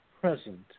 present